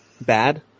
bad